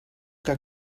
que